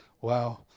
Wow